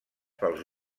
pels